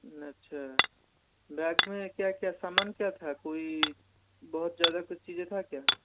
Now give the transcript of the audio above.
अच्छा बैग में क्या क्या सामान क्या था कोई बहुत ज़्यादा कुछ चीज़ें था क्या